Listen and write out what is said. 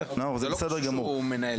נאור, זה בסדר גמור.